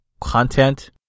content